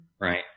right